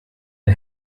der